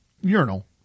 urinal